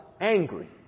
angry